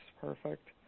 perfect